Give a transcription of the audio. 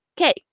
okay